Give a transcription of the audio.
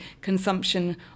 consumption